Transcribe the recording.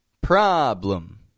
Problem